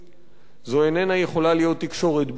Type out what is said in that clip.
זו איננה יכולה להיות תקשורת ביקורתית,